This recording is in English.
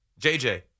JJ